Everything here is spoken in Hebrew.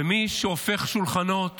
ומי שהופך שולחנות